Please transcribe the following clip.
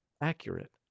accurate